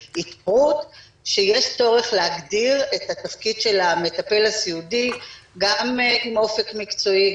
--- שיש צורך להגדיר את התפקיד של המטפל הסיעודי גם עם אופק מקצועי,